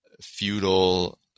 feudal